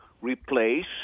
replace